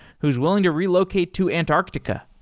who's willing to relocate to antarctica.